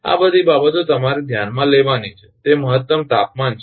આ બધી બાબતો તમારે ધ્યાનમાં લેવાની છે તે મહત્તમ તાપમાન છે